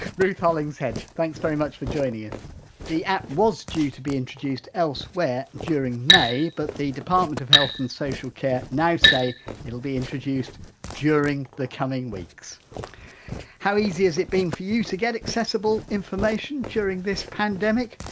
ruth hollingshead, thanks very much for joining us the app was due to be introduced elsewhere during may but the department of health and social care now say it'll be introduced during the coming weeks how easy has it been for you to get accessible information during this pandemic?